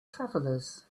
travelers